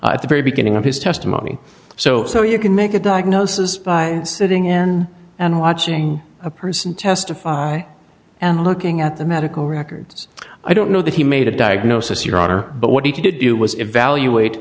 at the very beginning of his testimony so so you can make a diagnosis by sitting in and watching a person testify and looking at the medical records i don't know that he made a diagnosis your honor but what he could do was evaluate